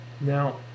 Now